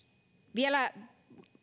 vielä